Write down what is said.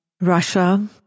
Russia